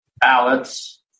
ballots